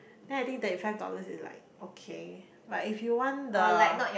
then I think thirty five dollars is like okay but if you want the